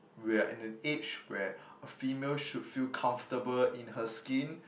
we're in an age where a female should feel comfortable in her skin